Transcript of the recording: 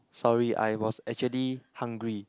sorry I was actually hungry